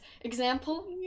example